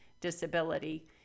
disability